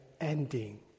ending